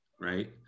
right